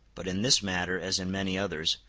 but in this matter, as in many others,